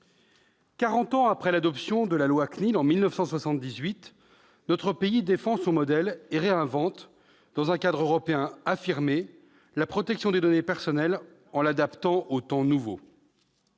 ans après l'adoption de la loi Informatique et libertés, en 1978, notre pays défend son modèle et réinvente, dans un cadre européen affirmé, la protection des données personnelles en l'adaptant aux temps nouveaux.